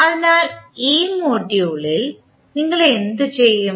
അതിനാൽ ഈ മൊഡ്യൂളിൽ നിങ്ങൾ എന്തു ചെയ്യും